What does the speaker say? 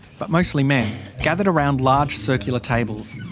but mostly men gathered around large circular tables.